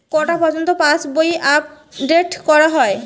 কটা পযর্ন্ত পাশবই আপ ডেট করা হয়?